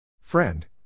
Friend